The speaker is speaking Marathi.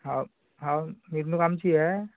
हो हो एक दिवस आमची आहे